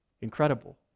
incredible